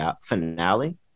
finale